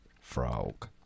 frog